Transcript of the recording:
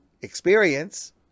experience